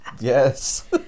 Yes